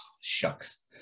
Shucks